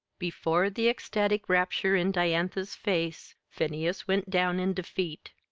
before the ecstatic rapture in diantha's face phineas went down in defeat.